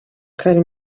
kari